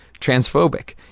transphobic